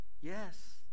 Yes